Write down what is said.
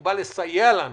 הוא בא לסייע לאנשים,